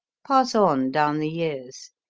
pass on down the years.